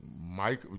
Mike